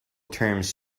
terms